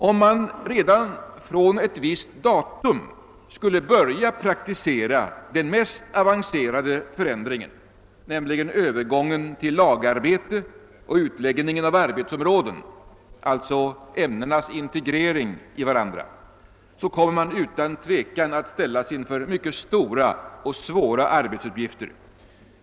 Om man från ett visst datum skulle börja praktisera den mest avancerade förändringen, nämligen övergången till lagarbete och utläggningen av arbetsområden — alltså ämnenas integritet i varandra — kommer man utan tvivel att ställas inför mycket stora och svåra arbetsuppgifter.